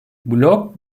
blok